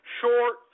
short